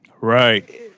right